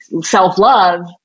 self-love